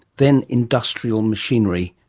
then industrial machinery,